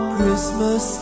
Christmas